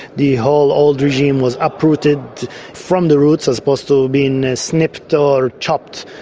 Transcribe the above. the whole old regime was uprooted from the roots, as opposed to being snipped or chopped,